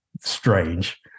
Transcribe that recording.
strange